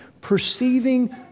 perceiving